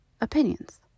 opinions